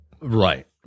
Right